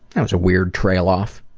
and was a weird trail off.